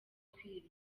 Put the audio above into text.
kwirinda